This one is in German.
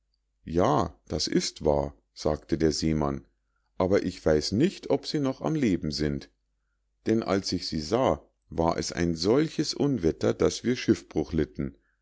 ja das ist wahr sagte der seemann aber ich weiß nicht ob sie noch am leben sind denn als ich sie sah war es ein solches unwetter daß wir schiffbruch litten